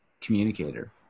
communicator